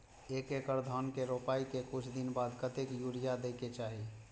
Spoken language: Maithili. एक एकड़ धान के रोपाई के कुछ दिन बाद कतेक यूरिया दे के चाही?